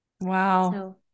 Wow